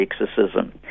exorcism